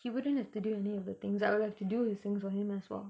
he wouldn't have to do any of the things I will have to do his things for him as well